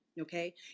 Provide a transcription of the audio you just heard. Okay